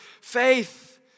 faith